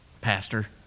pastor